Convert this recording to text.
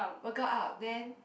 Burger Up then